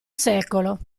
secolo